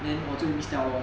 then 我就 miss 掉 lor